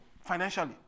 financially